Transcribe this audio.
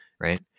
Right